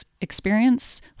experience